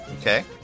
Okay